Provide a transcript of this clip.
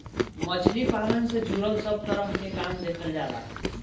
मछली पालन से जुड़ल सब तरह के काम देखल जाला